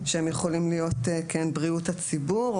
שיכולים להיות בריאות הציבור,